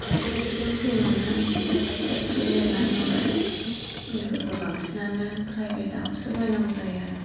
खायसे खायसेखौ गोख्रै मोनो बेनिफ्राय खायसे खायसेखो लिरनानै हरो मुलिफोरखो बांसिनानो प्राइभेटआवसो बायनांगो जायो आरो